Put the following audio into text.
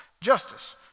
justice